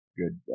good